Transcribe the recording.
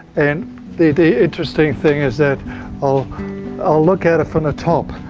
and the the interesting thing is that i'll i'll look at it from the top,